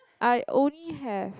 I only have